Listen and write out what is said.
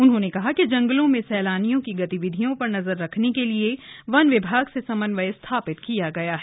उन्होंने कहा कि जंगलों में सैलानियों की गतिविधियों पर नजर रखने के लिए वन विभाग से समन्यवय स्थापित किया गया है